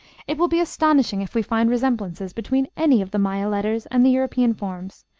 it will be astonishing if we find resemblances between any of the maya letters and the european forms,